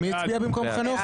מי הצביע במקום חנוך?